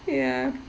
ya